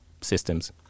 systems